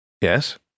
Yes